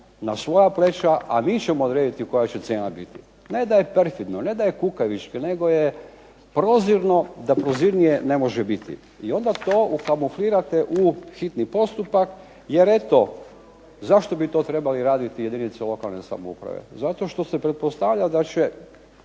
na svoja pleća, a mi ćemo odrediti koja će cijena biti. Ne da je perfidno, ne da je kukavički nego je prozirno da prozirnije ne može biti. i onda to ukamuflirate u hitni postupak jer eto zašto bi to trebale raditi jedinice lokalne samouprave, zato što se pretpostavlja da će